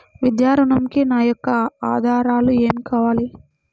విద్యా ఋణంకి నా యొక్క ఆధారాలు ఏమి కావాలి?